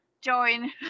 join